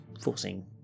forcing